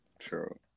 true